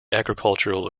agricultural